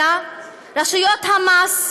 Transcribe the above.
אלא רשויות המס הגישו,